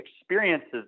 experiences